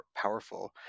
powerful